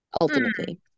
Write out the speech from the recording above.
Ultimately